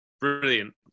Brilliant